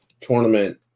tournament